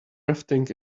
rafting